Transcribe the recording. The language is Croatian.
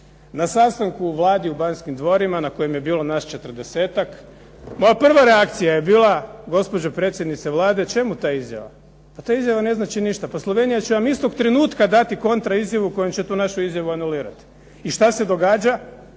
Na sastanku u Vladi u Banski dvorima na kojem je bilo nas 40-ak, moja prva reakcija je bila gospođo predsjednice Vlade, čemu ta izjava. Pa ta izjava ne znači ništa. Pa Slovenija će vam istog trenutka dati kontra izjavu kojom će tu našu izjavu anulirati. I što se događa?